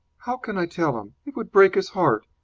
how can i tell him? it would break his heart.